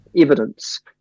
evidence